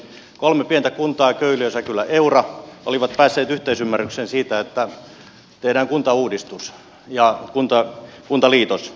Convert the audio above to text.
kolme pientä kuntaa köyliö säkylä eura olivat päässeet yhteisymmärrykseen siitä että tehdään kuntauudistus ja kuntaliitos